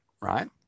right